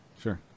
Sure